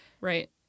Right